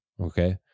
Okay